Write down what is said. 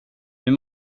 hur